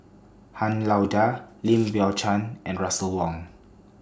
Han Lao DA Lim Biow Chuan and Russel Wong